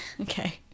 Okay